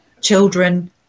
children